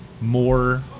more